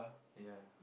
ya